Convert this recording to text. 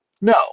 No